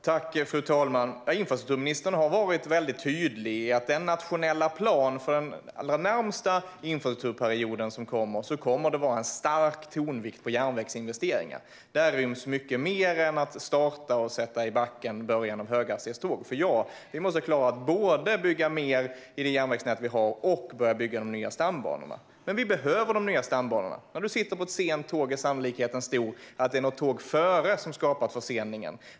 Fru talman! Infrastrukturministern har varit tydlig med att det i den nationella planen för den allra närmaste infrastrukturperioden kommer att vara en stark tonvikt på järnvägsinvesteringar. Där ryms mycket mer än att vi ska börja bygga för höghastighetståg. Vi måste klara av att både bygga mer i det järnvägsnät vi har och börja bygga de nya stambanorna. Men vi behöver de nya stambanorna. När man sitter på ett försenat tåg är sannolikheten stor att förseningen har skapats av något tåg framför.